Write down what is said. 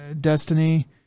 Destiny